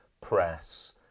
press